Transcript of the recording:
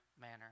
manner